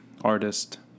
artist